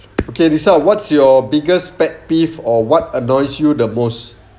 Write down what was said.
okay lisa what's your biggest pet peeve or what annoys you the most